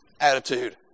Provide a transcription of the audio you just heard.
attitude